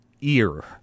ear